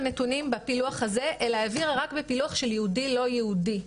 נתונים בפילוח הזה אלא העבירה רק בפילוח של יהודי לא יהודי.